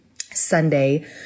Sunday